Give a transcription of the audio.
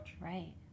Right